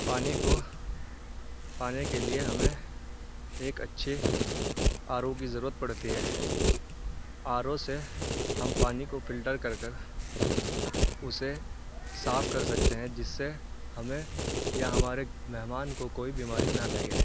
پانی کو پانے کے لیے ہمیں ایک اچھی آر او کی ضرورت پڑتی ہے آر او سے ہم پانی کو فلٹر کر کر اسے صاف کر سکتے ہیں جس سے ہمیں یا ہمارے مہمان کو کوئی بیماری نہ لگے